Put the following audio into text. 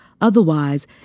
Otherwise